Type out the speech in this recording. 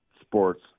sports